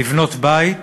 לבנות בית